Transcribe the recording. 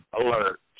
alert